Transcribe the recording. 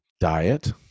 Diet